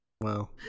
Wow